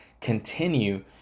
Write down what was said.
continue